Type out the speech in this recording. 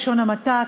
בלשון המעטה,